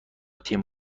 تیم